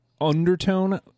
undertone